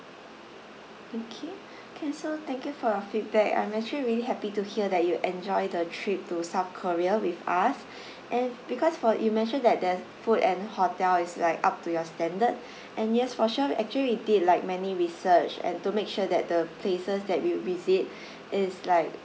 thank you K so thank you for your feedback I'm actually really happy to hear that you enjoy the trip to south korea with us and because for you mentioned that the food and hotel is like up to your standard and yes for sure actually we did like many research and to make sure that the places that will visit is like